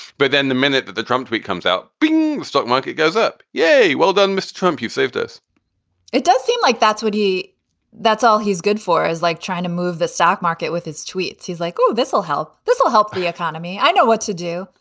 but then the minute that the trump tweet comes out, bings stock market goes up. yay! well done, mr. trump. you saved us it does seem like that's what he that's all he's good for is like trying to move the stock market with his tweets. he's like, oh, this will help. this will help the economy. i know what to do.